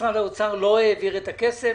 משרד האוצר לא העביר את הכסף.